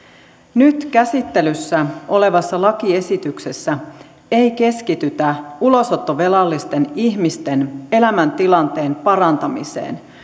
nyt käsittelyssä olevassa lakiesityksessä ei keskitytä ulosottovelallisten ihmisten elämäntilanteen parantamiseen